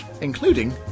Including